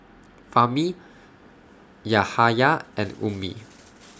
Fahmi Yahaya and Ummi